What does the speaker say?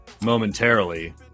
momentarily